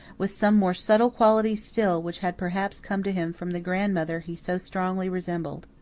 with some more subtle quality still, which had perhaps come to him from the grandmother he so strongly resembled.